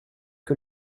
que